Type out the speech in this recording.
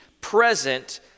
present